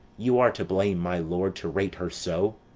you are to blame, my lord, to rate her so.